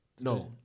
No